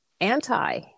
anti